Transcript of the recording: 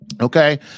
Okay